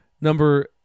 number